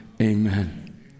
Amen